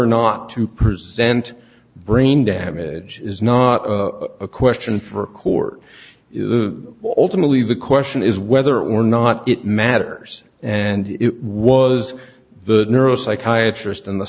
or not to present brain damage is not a question for a court ultimately the question is whether or not it matters and it was the neuropsychiatrist in the